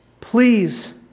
please